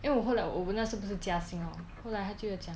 因为我后来我我那时不是加薪 lor 后来他就有讲